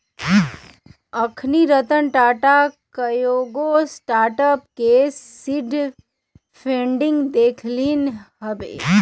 अखनी रतन टाटा कयगो स्टार्टअप के सीड फंडिंग देलखिन्ह हबे